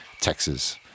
Texas